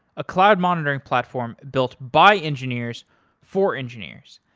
a cloud monitoring platform built by engineers for engineers.